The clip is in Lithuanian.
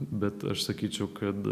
bet aš sakyčiau kad